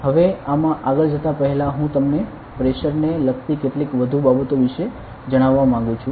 હવે આમાં આગળ જતા પહેલાં હું તમને પ્રેશર ને લગતી કેટલીક વધુ બાબતો વિશે જણાવવા માંગુ છું